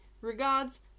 Regards